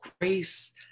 Grace